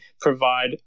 provide